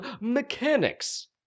mechanics